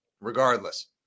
Regardless